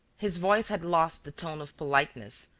his voice had lost the tone of politeness,